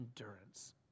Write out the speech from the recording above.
endurance